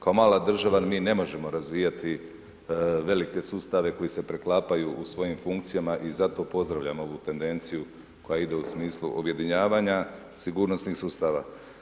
Kao mala država, mi ne možemo razvijati velike sustave koji se preklapaju u svojim funkcijama i zato pozdravljam ovu tendenciju koja ide u smislu objedinjavanja sigurnosnih sustava.